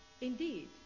Indeed